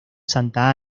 santa